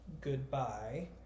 Goodbye